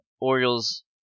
Orioles